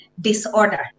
disorder